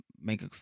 make